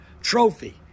trophy